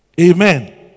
Amen